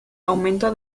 aumento